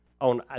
on